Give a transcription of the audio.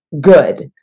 Good